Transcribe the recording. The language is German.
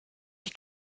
die